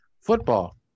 Football